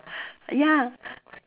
ya